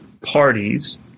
parties